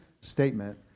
statement